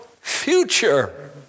future